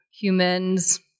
humans